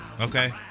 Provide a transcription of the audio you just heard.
Okay